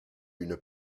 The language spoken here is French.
une